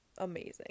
amazing